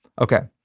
Okay